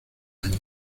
año